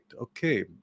Okay